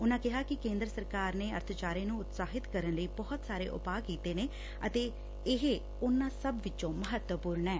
ਉਨੂੰ ਕਿਹਾ ਕਿ ਕੇਂਦਰ ਸਰਕਾਰ ਨੇ ਅਰਥਚਾਰੇ ਨੂੰ ਉਤਸ਼ਾਹਿਤ ਕਰਨ ਲਈ ਬਹੁਤ ਸਾਰੇ ਉਪਾਅ ਕੀਤੇ ਨੇ ਅਤੇ ਇਹ ਉਨੂੰ ਸਭ ਵਿਚੋਂ ਮਹੱਤਵਪੁਰਨ ਐ